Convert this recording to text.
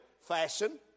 fashion